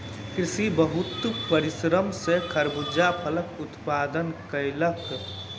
कृषक बहुत परिश्रम सॅ खरबूजा फलक उत्पादन कयलक